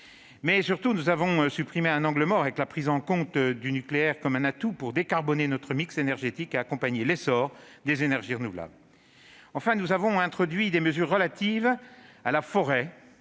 Surtout, nous avons supprimé un angle mort, avec la prise en compte du nucléaire comme atout nécessaire pour décarboner notre mix énergétique et accompagner l'essor des énergies renouvelables. Enfin, nous avons introduit des mesures relatives à la forêt-